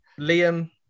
Liam